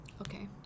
Okay